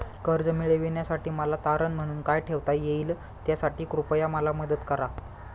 कर्ज मिळविण्यासाठी मला तारण म्हणून काय ठेवता येईल त्यासाठी कृपया मला मदत करा